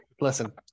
listen